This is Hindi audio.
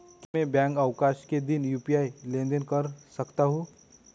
क्या मैं बैंक अवकाश के दिन यू.पी.आई लेनदेन कर सकता हूँ?